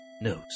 knows